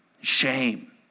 shame